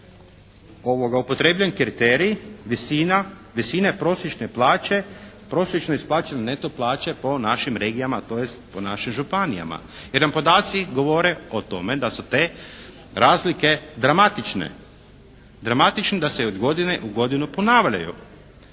upotrebljen kriterij visine prosječne plaće, prosječno isplaćene neto plaće po našim regijama, tj. po našim županijama jer nam podaci govore o tome da su te razlike dramatične, dramatične da se iz godine u godinu ponavljaju.